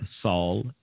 Saul